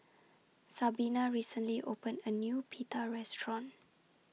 Sabina recently opened A New Pita Restaurant